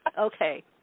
Okay